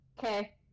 Okay